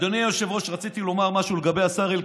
אדוני היושב-ראש, רציתי לומר משהו לגבי השר אלקין.